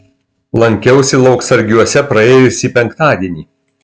lankiausi lauksargiuose praėjusį penktadienį